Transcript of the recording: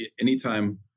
anytime